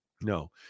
No